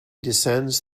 descends